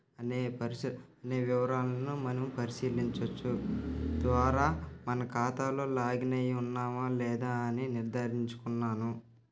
అనే పరిస అనే వివరాలను మనము పరిశీలించవచ్చు ద్వారా మన ఖాతాలో లాగిన్ అయ్యి ఉన్నామో లేదా అని నిర్దారించుకున్నాను